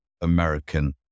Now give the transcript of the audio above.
American